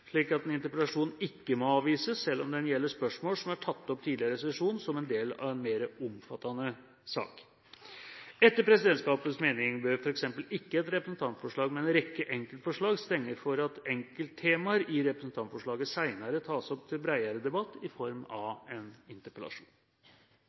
slik at en interpellasjon ikke må avvises selv om den gjelder spørsmål som er tatt opp tidligere i sesjonen som del av en mer omfattende sak. Etter presidentskapets mening bør f.eks. ikke et representantforslag med en rekke enkeltforslag stenge for at enkelttemaer i representantforslaget senere tas opp til bredere debatt i form av